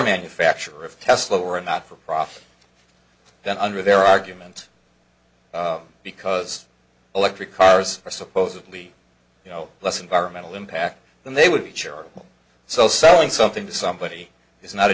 manufacturer of test low or a not for profit then under their argument because electric cars are supposedly you know less environmental impact than they would be charitable so selling something to somebody is not a